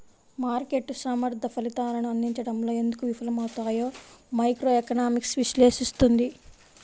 మార్కెట్లు సమర్థ ఫలితాలను అందించడంలో ఎందుకు విఫలమవుతాయో మైక్రోఎకనామిక్స్ విశ్లేషిస్తుంది